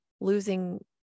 losing